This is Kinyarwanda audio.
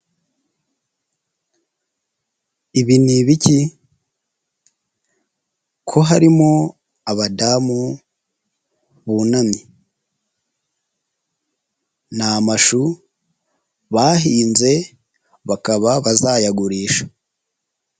Ibi ni ibiki ko harimo abadamu bunamye? Ni amashu bahinze, bakaba bazayagurisha.